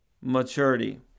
maturity